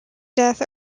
death